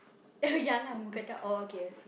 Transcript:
ya lah mookata or K_F_C